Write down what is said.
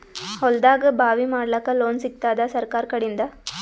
ಹೊಲದಾಗಬಾವಿ ಮಾಡಲಾಕ ಲೋನ್ ಸಿಗತ್ತಾದ ಸರ್ಕಾರಕಡಿಂದ?